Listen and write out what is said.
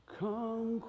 come